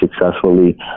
successfully